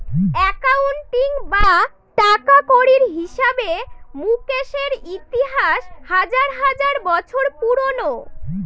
accounting বা টাকাকড়ির হিসাবে মুকেশের ইতিহাস হাজার হাজার বছর পুরোনো